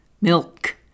milk